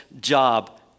job